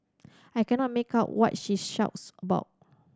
I cannot make out what she shouts about